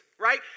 Right